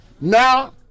Now